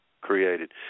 created